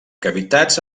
cavitats